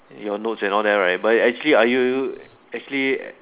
your notes and all that right but actually I you you actually